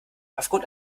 aufgrund